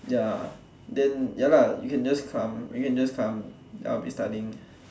ya then ya lah you can just come you can just come I'll be studying